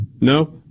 No